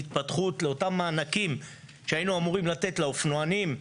להתפתחות לאותם מענקים שהיינו אמורים לתת לאופנוענים.